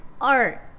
art